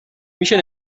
میشه